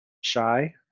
shy